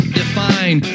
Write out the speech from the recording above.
define